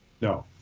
no